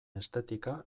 estetika